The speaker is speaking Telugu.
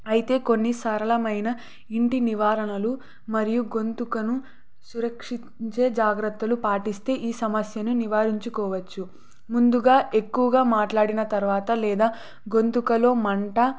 అయితే కొన్ని సరళమైన ఇంటి నివారణలు మరియు గొంతును సురక్షించే జాగ్రత్తలు పాటిస్తే ఈ సమస్యను నివారించుకోవచ్చు ముందుగా ఎక్కువగా మాట్లాడిన తర్వాత లేదా గొంతులో మంట